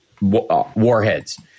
warheads